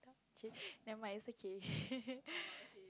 chey never mind is okay